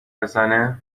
بزنه